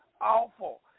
awful